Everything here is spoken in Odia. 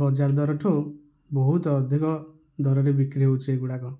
ବଜାର ଦରଠୁ ବହୁତ ଅଧିକ ଦରରେ ବିକ୍ରି ହଉଚି ଏ ଗୁଡ଼ାକ